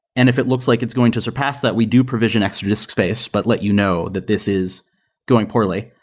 and if it looks like it's going to surpass that, we do provision extra disk space, but let you know that this is going poorly.